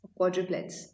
quadruplets